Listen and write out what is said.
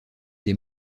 des